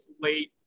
late